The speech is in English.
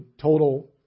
total